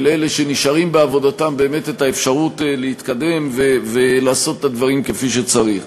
ולאלה שנשארים בעבודתם את האפשרות להתקדם ולעשות את הדברים כפי שצריך.